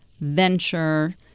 venture